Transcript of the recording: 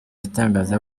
itangaza